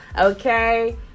Okay